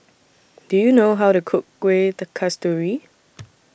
Do YOU know How to Cook Kuih Kasturi